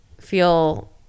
feel